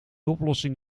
oplossing